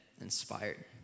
inspired